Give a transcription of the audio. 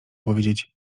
powiedzieć